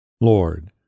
Lord